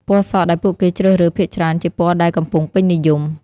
ពណ៌សក់ដែលពួកគេជ្រើសរើសភាគច្រើនជាពណ៌ដែលកំពុងពេញនិយម។